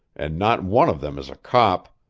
and not one of them is a cop.